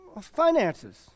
Finances